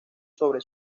sobre